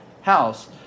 house